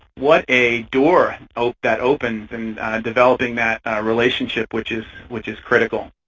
what a door that opens in developing that relationship, which is which is critical.